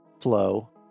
flow